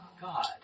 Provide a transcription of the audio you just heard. God